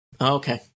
okay